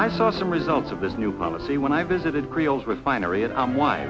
i saw some results of this new policy when i visited creoles refinery and